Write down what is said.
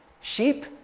sheep